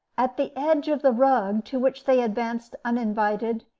at the edge of the rug, to which they advanced uninvited,